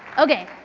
okay.